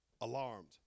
Alarmed